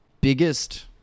biggest